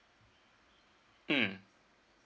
mm